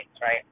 right